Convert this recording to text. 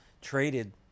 traded